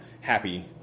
happy